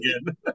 again